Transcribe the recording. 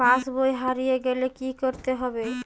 পাশবই হারিয়ে গেলে কি করতে হবে?